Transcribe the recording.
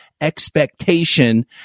expectation